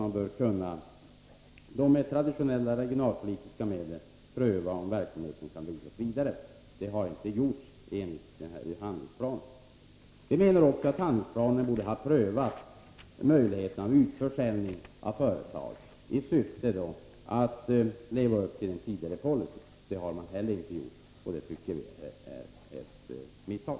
Man bör också med traditionella regionalpolitiska medel pröva om verksamheten kan leva vidare. Det har inte gjorts enligt denna handlingsplan. Vi menar också att man borde ha prövat möjligheterna av en utförsäljning av företag i syfte att leva upp till den tidigare policyn. Men det har man inte heller gjort, och det tycker vi är ett misstag.